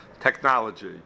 technology